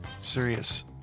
serious